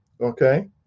okay